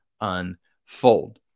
unfold